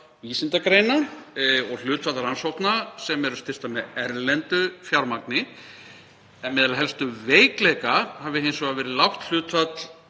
vísindagreina og hlutfall rannsókna sem eru styrktar með erlendu fjármagni en meðal helstu veikleika hafi hins vegar verið lágt hlutfall